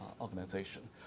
organization